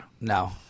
No